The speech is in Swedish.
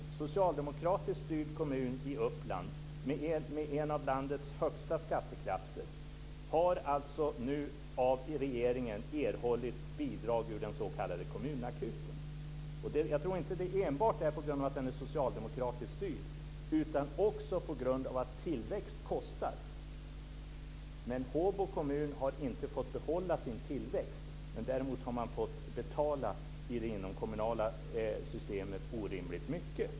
Det är en socialdemokratiskt styrd kommun i Uppland med en av landets högsta skattekraft. Den har alltså nu av regeringen erhållit bidrag ur den s.k. kommunakuten. Jag tror inte att det är enbart för att den är socialdemokratiskt styrd utan också på grund av att tillväxt kostar. Håbo kommun har inte fått behålla sin tillväxt. Däremot har man fått betala orimligt mycket i det inomkommunala systemet.